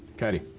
catty.